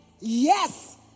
yes